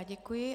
Děkuji.